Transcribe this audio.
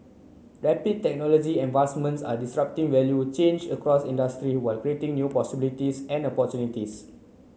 rapid technology advancements are disrupting value a change across industry while creating new possibilities and opportunities